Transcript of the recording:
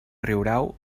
riurau